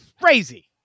Crazy